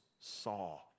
saw